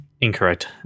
Incorrect